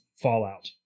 Fallout